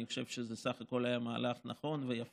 אני חושב שבסך הכול זה היה מהלך נכון ויפה,